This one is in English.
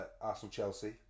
Arsenal-Chelsea